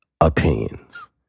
opinions